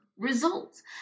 results